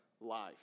life